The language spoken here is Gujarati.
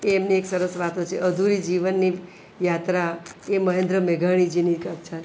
એ એમની એક સરસ વાતો છે અધૂરી જીવનની યાત્રા એ મહેન્દ્ર મેઘાણીજીની કથા છે